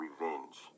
revenge